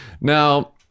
Now